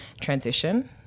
transition